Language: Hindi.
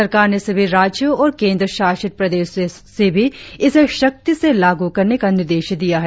सरकार ने सभी राज्यों और केंद्र शासित प्रदेशों से भी इसे सख्ती से लागू करने का निर्देश दिया है